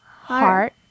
heart